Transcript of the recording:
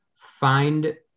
find